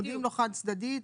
מודיעים לו חד צדדית.